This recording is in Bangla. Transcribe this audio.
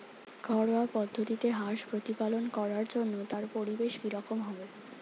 ঘরোয়া পদ্ধতিতে হাঁস প্রতিপালন করার জন্য তার পরিবেশ কী রকম হবে?